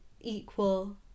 equal